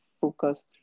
focused